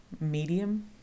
medium